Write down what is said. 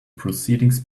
proceedings